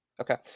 Okay